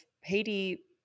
Haiti